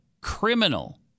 criminal